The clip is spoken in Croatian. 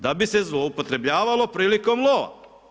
Da bi se zloupotrebljavalo prilikom lova.